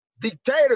dictator